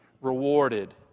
rewarded